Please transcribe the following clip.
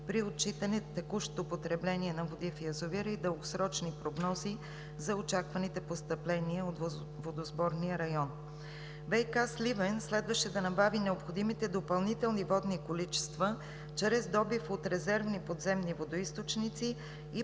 при отчитане на текущото потребление на води в язовира и дългосрочни прогнози за очакваните постъпления от водосборния район. „ВиК – Сливен“ следваше да набави необходимите допълнителни водни количества чрез добив от резервни подземни водоизточници и